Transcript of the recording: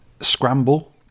Scramble